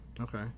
Okay